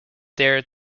their